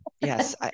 yes